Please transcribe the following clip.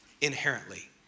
inherently